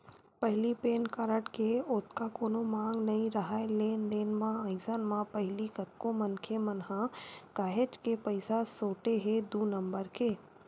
पहिली PAN card के ओतका कोनो मांग नइ राहय लेन देन म, अइसन म पहिली कतको मनखे मन ह काहेच के पइसा सोटे हे दू नंबर के